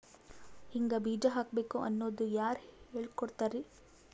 ಹಿಂಗ್ ಬೀಜ ಹಾಕ್ಬೇಕು ಅನ್ನೋದು ಯಾರ್ ಹೇಳ್ಕೊಡ್ತಾರಿ?